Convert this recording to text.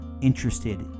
interested